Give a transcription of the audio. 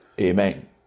Amen